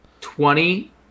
twenty